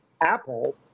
Apple